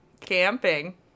Camping